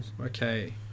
Okay